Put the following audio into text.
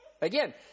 Again